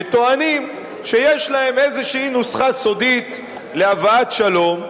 שטוענים שיש להם איזושהי נוסחה סודית להבאת שלום,